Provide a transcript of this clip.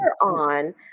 on